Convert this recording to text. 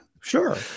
Sure